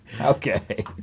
Okay